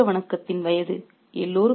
அது வீரவணக்கத்தின் வயது